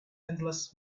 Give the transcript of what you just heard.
endless